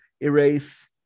erase